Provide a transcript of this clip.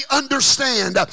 understand